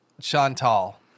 Chantal